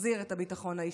שתחזיר את הביטחון האישי.